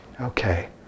Okay